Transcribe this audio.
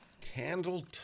Candle